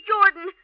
Jordan